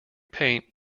paint